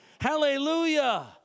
Hallelujah